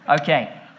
Okay